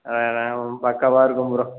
அதெல்லாம் பக்காவாக இருக்கும் ப்ரோ